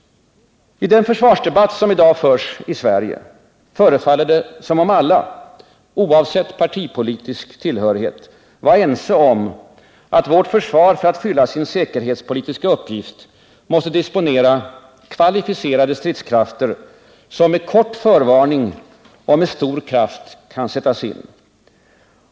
I den försvarsdebatt som i dag förs i Sverige förefaller det som om alla — oavsett partipolitisk tillhörighet — var ense om att vårt försvar, för att fylla sin säkerhetspolitiska uppgift, måste disponera kvalificerade stridskrafter, som med kort förvarning och med stor kraft kan sättas in.